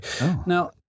Now